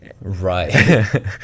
right